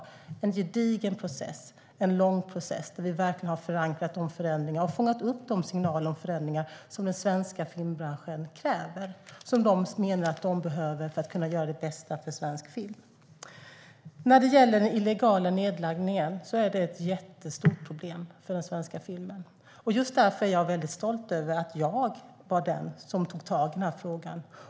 Det är en gedigen och lång process där vi verkligen har förankrat förändringarna och fångat upp de signaler om förändringar som den svenska filmbranschen kräver och som de menar behövs för att de ska kunna göra det bästa för svensk film. Illegal nedladdning är ett jättestort problem. Just därför är jag väldigt stolt över att jag var den som tog tag i frågan.